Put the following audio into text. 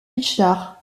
richard